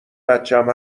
بچم